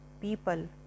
people